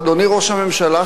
אדוני ראש הממשלה,